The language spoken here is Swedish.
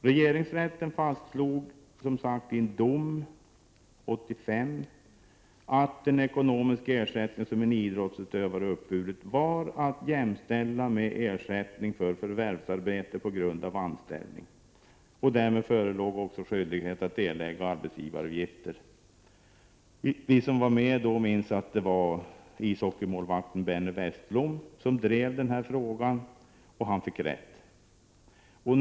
Regeringsrätten fastslog, som sagt, i en dom 1985 att en ekonomisk ersättning som en idrottsutövare uppburit var att jämställa med ersättning för förvärvsarbete på grund av anställning. Därmed förelåg också skyldighet att erlägga arbetsgivaravgifter. Vi som var med då minns att det var ishockeymålvakten Benny Westblom som drev den här frågan — och han fick rätt.